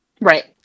Right